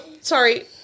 sorry